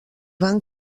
van